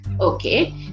okay